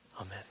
Amen